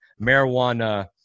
marijuana